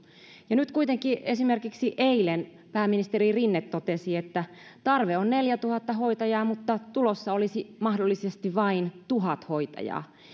ja nyt kuitenkin esimerkiksi eilen pääministeri rinne totesi että tarve on neljätuhatta hoitajaa mutta tulossa olisi mahdollisesti vain tuhat hoitajaa